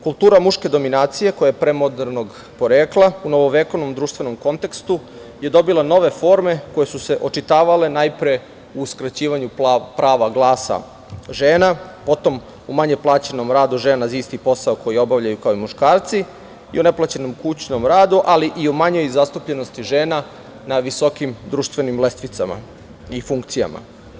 Kultura muške dominacije, koja je pre modernog porekla, u novovekovnom društvenom kontekstu je dobila nove forme koje su se očitavale najpre u uskraćivanju prava glasa žena, potom u manje plaćenom radu žena za isti posao koji obavljaju kao i muškarci i u neplaćenom kućnom radu, ali i o manjoj zastupljenosti žena na visokim društvenim lestvicama i funkcijama.